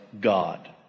God